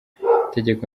itegeko